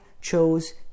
chose